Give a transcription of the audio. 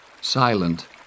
silent